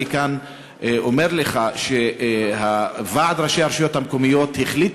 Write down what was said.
כאן אני אומר לך שוועד ראשי הרשויות המקומיות החליט